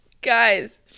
Guys